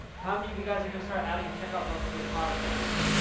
how many of you guys are gonna start adding checkout bumps to your product pages?